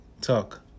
talk